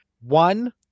One